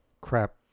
crap